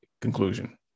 conclusion